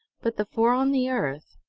but the four on the earth,